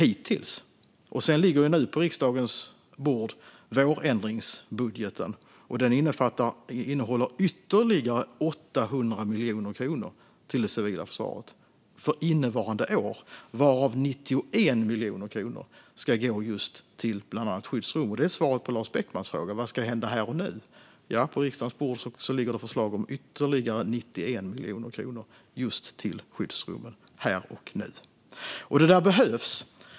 Nu ligger vårändringsbudgeten på riksdagens bord, och den innehåller ytterligare 800 miljoner kronor till det civila försvaret för innevarande år, varav 91 miljoner kronor ska gå just till bland annat skyddsrum. Det är svaret på Lars Beckmans fråga: Vad ska hända här och nu? Ja, på riksdagens bord ligger det förslag om ytterligare 91 miljoner kronor just till skyddsrum, här och nu. Detta behövs.